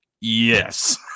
Yes